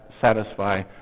satisfy